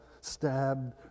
Stabbed